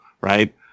right